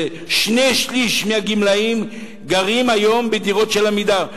שני-שלישים מהגמלאים גרים היום בדירות של "עמידר".